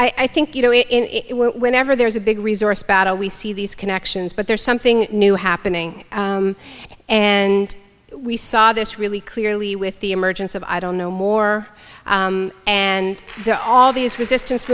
it's i think you know it in whenever there's a big resource battle we see these connections but there's something new happening and we saw this really clearly with the emergence of i don't know more and all these resistance